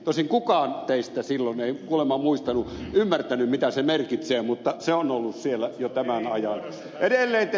tosin kukaan teistä silloin ei kuulemma muistanut ymmärtänyt mitä se merkitsee mutta se on ollut siellä jo tämän ajan